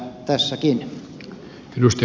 arvoisa herra puhemies